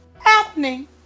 happening